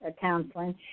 counseling